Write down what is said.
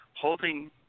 holding